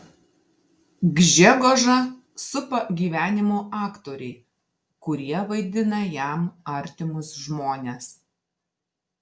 gžegožą supa gyvenimo aktoriai kurie vaidina jam artimus žmones